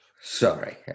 Sorry